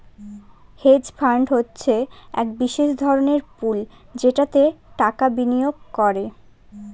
hedge fund হচ্ছে এক বিশেষ ধরনের পুল যেটাতে টাকা বিনিয়োগ করে